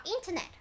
internet